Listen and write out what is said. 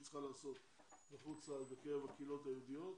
צריכה לעשות בקרב הקהילות היהודיות,